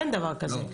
אין דבר כזה.